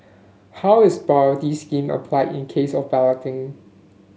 how is priority scheme applied in case of balloting